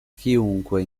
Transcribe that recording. chiunque